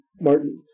Martin